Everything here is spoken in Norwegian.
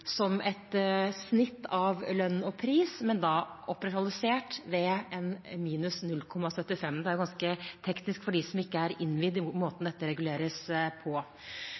som et snitt av lønn og pris, men da operasjonalisert ved minus 0,75. Det er ganske teknisk for dem som ikke er innvidd i måten dette reguleres på.